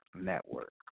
Network